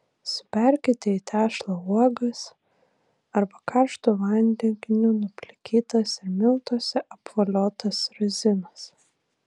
suberkite į tešlą uogas arba karštu vandeniu nuplikytas ir miltuose apvoliotas razinas